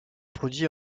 produit